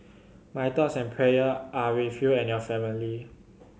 my thoughts and prayer are with you and your family